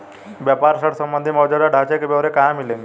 व्यापार ऋण संबंधी मौजूदा ढांचे के ब्यौरे कहाँ मिलेंगे?